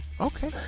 Okay